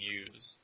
use